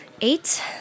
Eight